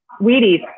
Wheaties